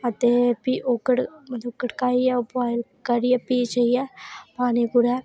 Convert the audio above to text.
अते भी गडकाइयै ओह् बोआइल करियै भी अस पानी